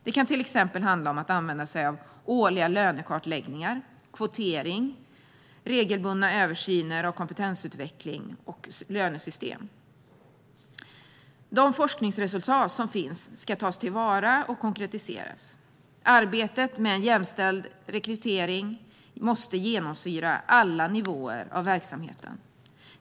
Det kan till exempel handla om att använda sig av årliga lönekartläggningar, kvotering och regelbundna översyner av kompetensutveckling och lönesystem. De forskningsresultat som finns ska tas till vara och konkretiseras. Arbetet med en jämställd rekrytering måste genomsyra alla nivåer av verksamheten.